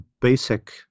basic